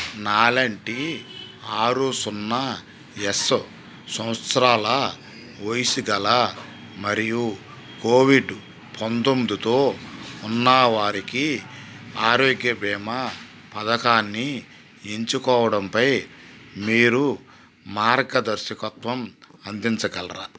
నాలాంటి ఆరు సున్నా ఎస్ సంవత్సరాల వయస్సు గల మరియు కోవిడ్ పంతొమ్మిదితో ఉన్నవారికి ఆరోగ్య బీమా పథకాన్ని ఎంచుకోవడంపై మీరు మార్గదర్శకత్వం అందించగలరా